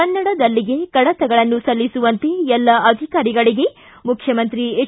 ಕನ್ನಡದಲ್ಲಿಯೇ ಕಡತಗಳನ್ನು ಸಲ್ಲಿಸುವಂತೆ ಎಲ್ಲ ಅಧಿಕಾರಿಗಳಿಗೆ ಮುಖ್ಯಮಂತ್ರಿ ಎಚ್